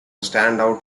standout